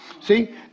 see